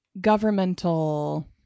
governmental